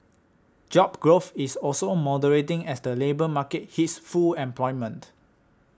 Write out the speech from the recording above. job growth is also moderating as the labour market hits full employment